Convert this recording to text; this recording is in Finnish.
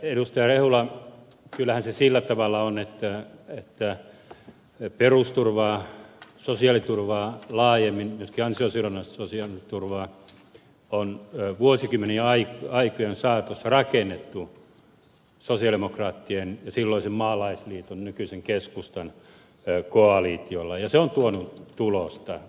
rehula kyllähän se sillä tavalla on että perusturvaa sosiaaliturvaa laajemmin myöskin ansiosidonnaista sosiaaliturvaa on vuosikymmenien aikojen saatossa rakennettu sosialidemokraattien ja silloisen maalaisliiton nykyisen keskustan koalitiolla ja se on tuonut tulosta